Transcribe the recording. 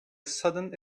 sudden